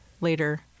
later